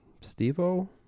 Steve-O